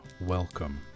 WELCOME